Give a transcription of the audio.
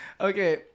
okay